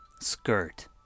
skirt